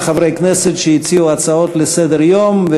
חברי כנסת שהציעו הצעות לסדר-היום,